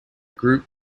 group